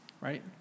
Right